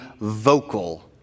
vocal